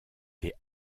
des